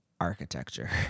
architecture